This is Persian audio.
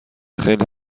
خیلی